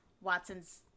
watson's